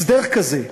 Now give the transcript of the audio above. הסדר כזה,